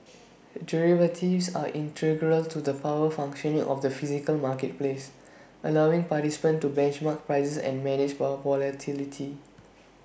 derivatives are integral to the proper functioning of the physical marketplace allowing participants to benchmark prices and manage volatility